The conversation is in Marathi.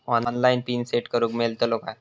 ऑनलाइन पिन सेट करूक मेलतलो काय?